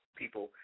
people